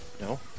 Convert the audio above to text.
No